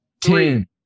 ten